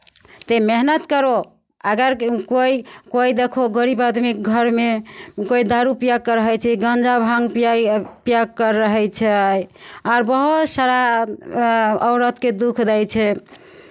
तऽ मेहनत करू अगर कोइ कोइ देखो गरीब आदमीक घरमे कोइ दारू पियक्कर होइ छै गाँजा भाँग पियाइ पियक्कर रहै छै आर बहुत सारा औरतकेँ दुःख दै छै